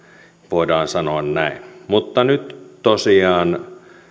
voidaan sanoa näin mutta nyt tosiaan